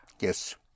Yes